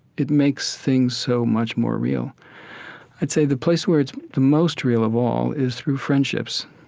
it makes things so much more real i'd say the place where it's the most real of all is through friendships.